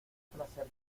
placer